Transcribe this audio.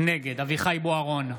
נגד אביחי אברהם בוארון,